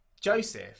Joseph